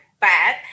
bad